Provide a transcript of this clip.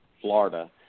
Florida